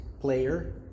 player